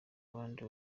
abandi